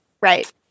Right